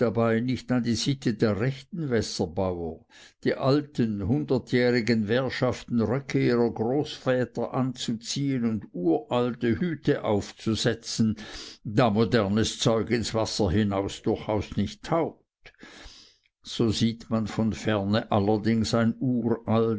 nicht an die sitte der rechten wässerbauern die alten hundertjährigen währschaften röcke ihrer großväter anzuziehen und uralte hüte aufzusetzen da modernes zeug ins wasser hinaus nicht taugt so sieht man von ferne allerdings ein uralt